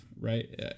right